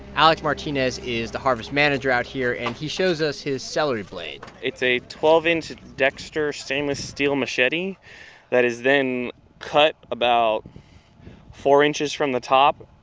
alec martinez is the harvest manager out here, and he shows us his celery blade it's a twelve inch dexter stainless steel machete that is then cut about four inches from the top,